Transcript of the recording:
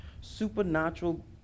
supernatural